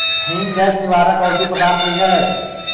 हींग गैस निवारक औषधि पदार्थ भी हई